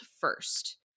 first